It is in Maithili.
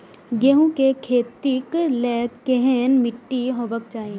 गेहूं के खेतीक लेल केहन मीट्टी हेबाक चाही?